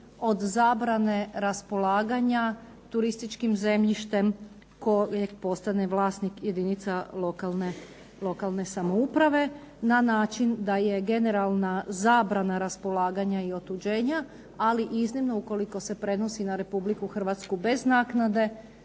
od zabrane raspolaganja turističkim zemljištem koje postane vlasnika jedinca lokalne samouprave na način da je generalna zabrana raspolaganja i otuđenja, ali iznimno ukoliko se prenosi na RH bez naknade